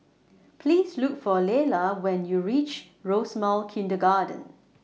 Please Look For Lella when YOU REACH Rosemount Kindergarten